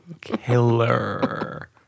killer